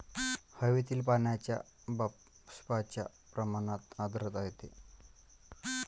हवेतील पाण्याच्या बाष्पाच्या प्रमाणात आर्द्रता येते